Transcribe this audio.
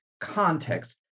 context